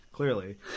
Clearly